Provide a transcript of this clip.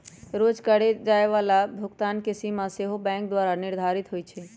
रोज करए जाय बला भुगतान के सीमा सेहो बैंके द्वारा निर्धारित होइ छइ